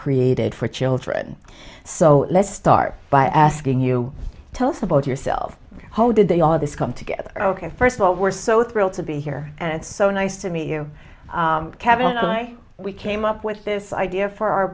created for children so let's start by asking you tell us about yourself how did they all of this come together ok first of all we're so thrilled to be here and it's so nice to meet you kevin and i we came up with this idea for our